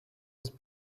was